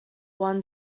one